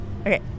Okay